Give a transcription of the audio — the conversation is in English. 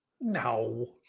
No